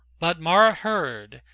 but mara heard,